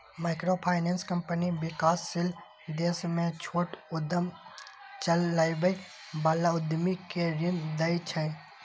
microfinance company विकासशील देश मे छोट उद्यम चलबै बला उद्यमी कें ऋण दै छै